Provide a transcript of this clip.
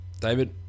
David